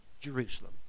Jerusalem